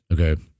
Okay